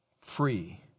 free